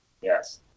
Yes